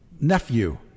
nephew